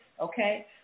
okay